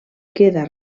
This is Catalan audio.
queda